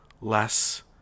less